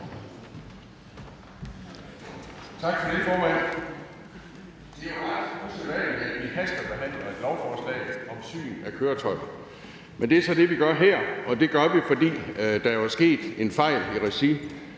Tak for det, formand. Det er ret usædvanligt, at vi hastebehandler et lovforslag om syn af køretøjer, men det er så det, vi gør her, og det gør vi, fordi der jo er sket en fejl i regi